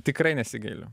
tikrai nesigailiu